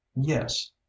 yes